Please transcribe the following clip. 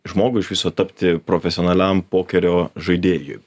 žmogui iš viso tapti profesionaliam pokerio žaidėjui